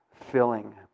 filling